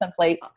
templates